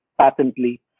patently